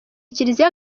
kiliziya